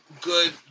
good